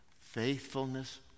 Faithfulness